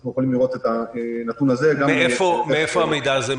אנחנו יכולים לראות את הנתון הזה -- מאיפה המידע הזה?